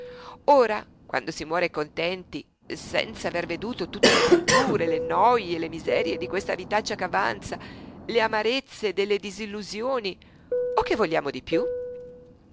ora quando si muore contenti senz'aver veduto tutte le brutture le noje le miserie di questa vitaccia che avanza le amarezze delle disillusioni o che vogliamo di più